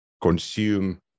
consume